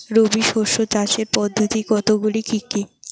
রবি শস্য চাষের পদ্ধতি কতগুলি কি কি?